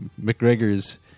McGregor's